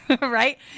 Right